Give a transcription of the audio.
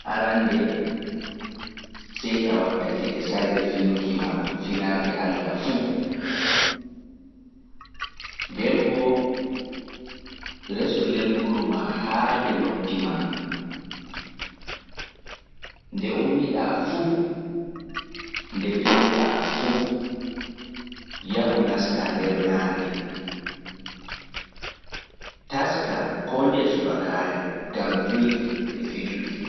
Arande, saita wakkati e sarde finuki ma ɗun nyalaande Allah fuu. Resatai lennguru ma haade, nde pinuɗa fuu nastu nder naange. Nden bo koo ndei dubakaare taskana gam julde, fijo e ko lutti pat.